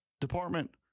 department